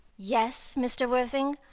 yes, mr. worthing,